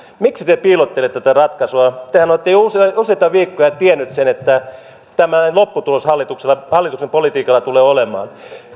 miksi te piilottelette tätä ratkaisua tehän olette jo useita useita viikkoja tienneet sen että tämmöinen lopputulos hallituksen politiikalla tulee olemaan